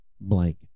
blank